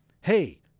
Hey